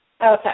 Okay